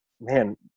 man